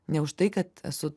ne už tai kad esu